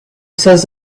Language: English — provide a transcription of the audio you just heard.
says